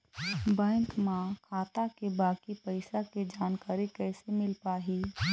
Bank म खाता के बाकी पैसा के जानकारी कैसे मिल पाही?